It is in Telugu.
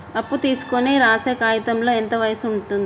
అప్పు తీసుకోనికి రాసే కాయితంలో ఎంత వయసు ఉంటది?